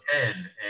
ten